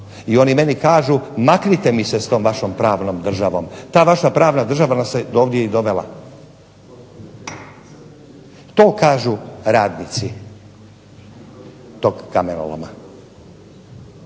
I oni meni kažu maknite mi se s tom vašom pravnom državom, ta vaša pravna država nas je dovde i dovela. To kažu radnici tog kamenoloma.